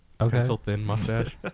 Okay